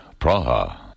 Praha